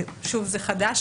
זה חדש,